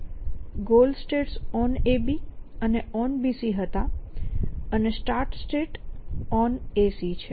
goal states OnAB અને OnBC હતા અને સ્ટાર્ટ સ્ટેટ OnAC છે